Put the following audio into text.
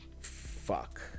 fuck